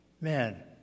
man